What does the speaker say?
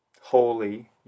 holy